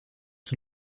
qui